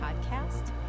podcast